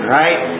right